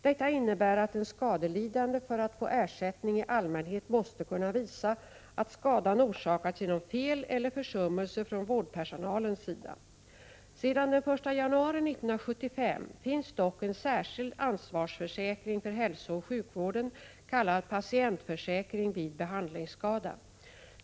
Detta innebär att den skadelidande för att få ersättning i allmänhet måste kunna visa att skadan orsakats genom fel eller försummelse från vårdpersonalens sida. Sedan den 1 januari 1975 finns dock en särskild ansvarsförsäkring för hälsooch sjukvården, kallad Patientförsäkring vid behandlingsskada.